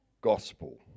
gospel